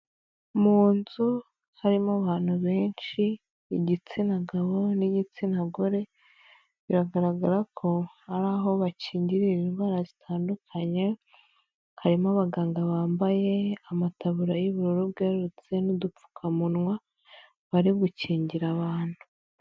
Mu nzu harimo abantu benshi, igitsina gabo n'igitsina gore, biragaragara ko ari aho bakingirira indwara zitandukanye, harimo abaganga bambaye amataburiya y'ubururu bwerurutse n'udupfukamunwa bari gukingira abantu.